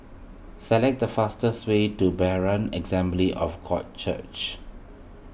select the fastest way to Berean Assembly of God Church